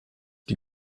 die